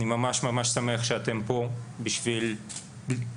אני ממש ממש שמח שאתם פה בשביל האירוע